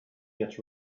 yet